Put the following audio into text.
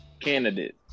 Candidate